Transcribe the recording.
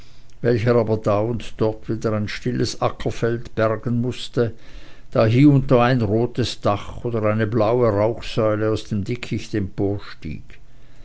aber da und dort wieder ein stilles ackerfeld bergen mußte da hier und da ein rotes dach oder eine blaue rauchsäule aus dem dickicht